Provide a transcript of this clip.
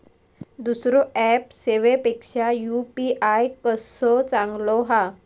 दुसरो ऍप सेवेपेक्षा यू.पी.आय कसो चांगलो हा?